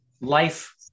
Life